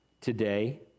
today